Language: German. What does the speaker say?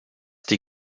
die